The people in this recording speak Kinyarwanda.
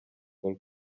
paul